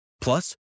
Plus